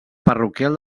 parroquial